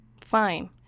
fine